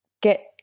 get